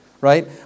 right